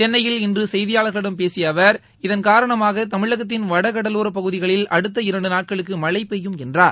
சென்னையில் இன்று செய்தியாளர்களிடம் பேசிய அவர் இதன் காரணமாக தமிழகத்தின் வடகடவோர பகுதிகளில் அடுத்த இரு நாட்களுக்கு மழை பெய்யும் என்றார்